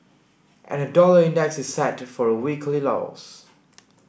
and the dollar index is set for a weekly loss